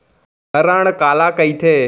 धरण काला कहिथे?